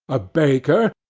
a baker,